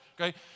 okay